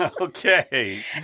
Okay